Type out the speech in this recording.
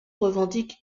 revendique